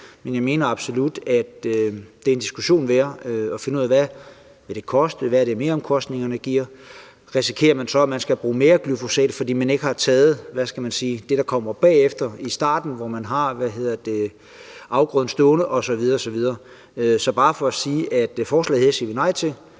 men jeg mener, at det er en diskussion værd at finde ud af, hvad det vil koste, hvad meromkostningerne er, og om man så risikerer at skulle bruge mere glyfosat, fordi man ikke har taget, hvad skal man sige, det, der kommer bagefter, i starten, hvor man har afgrøden stående osv. Så jeg vil gerne sige, at forslaget her siger vi nej til,